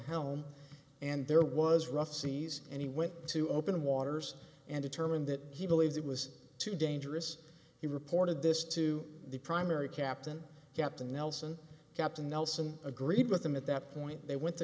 helm and there was rough seas and he went to open waters and determine that he believes it was too dangerous he reported this to the primary captain captain nelson captain nelson agreed with them at that point they went to